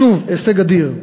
שוב, הישג אדיר.